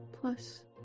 plus